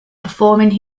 performing